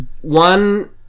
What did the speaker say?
One